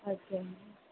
okay